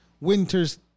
Winter's